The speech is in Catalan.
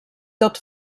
tot